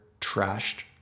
trashed